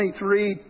23